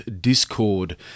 Discord